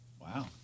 Wow